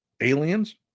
Aliens